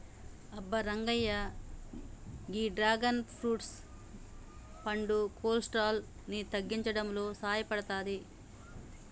అబ్బ రంగయ్య గీ dragon fruit పండు కొలెస్ట్రాల్ ని తగ్గించడంలో సాయపడతాది